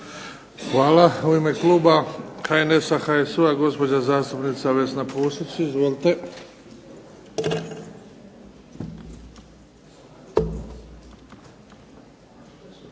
Hvala. U ime kluba HNS-HSU-a gospođa zastupnica Vesna Pusić. Izvolite.